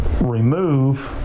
remove